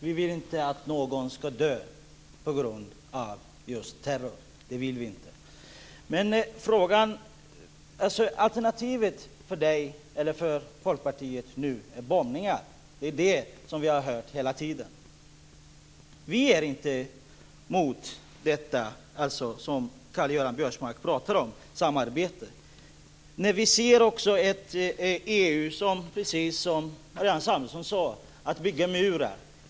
Fru talman! Jag säger det igen: Vi vill inte att någon ska dö på grund av terror. Alternativet för Folkpartiet nu är bombningar. Det är det som vi hela tiden har hört. Vi är inte emot det som Karl-Göran Biörsmark pratar om, dvs. samarbete. Men vi ser också ett EU som gör precis det som Marianne Samuelsson sade. EU bygger murar.